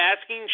asking